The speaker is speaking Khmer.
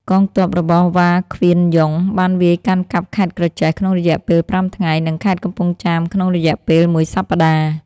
កងទ័ពរបស់ វ៉ា ង្វៀនយុង បានវាយកាន់កាប់ខេត្តក្រចេះក្នុងរយៈពេល ៥ ថ្ងៃ និងខេត្តកំពង់ចាមក្នុងរយៈពេលមួយសប្តាហ៍។